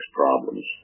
problems